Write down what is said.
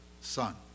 son